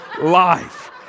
life